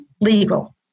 legal